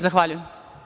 Zahvaljujem.